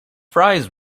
fries